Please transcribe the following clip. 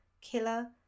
Killer